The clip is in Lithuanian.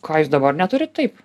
ką jūs dabar neturit taip